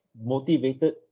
motivated